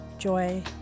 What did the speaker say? joy